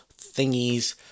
thingies